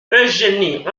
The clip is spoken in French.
eugénie